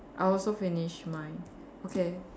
I also finish mine okay